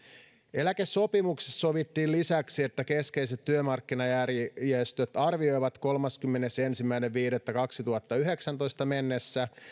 eläkesopimuksessa sovittiin lisäksi että keskeiset työmarkkinajärjestöt arvioivat kolmaskymmenesensimmäinen viidettä kaksituhattayhdeksäntoista mennessä